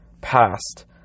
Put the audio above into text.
past